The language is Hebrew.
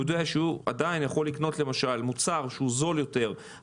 הוא יודע שעדיין הוא יכול לקנות מוצר שהוא זול יותר,